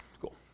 cool